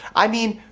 i mean,